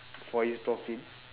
for his profit